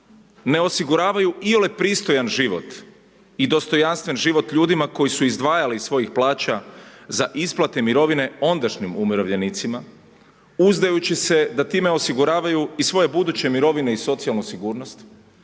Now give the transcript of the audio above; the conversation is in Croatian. ne osiguravaju iole pristojan život i dostojanstven život ljudima koji su izdvajali iz svojih plaća za isplate mirovine ondašnjim umirovljenicima uzdajući se da time osiguravaju i svoje buduće mirovine i socijalnu sigurnost